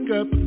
up